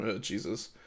Jesus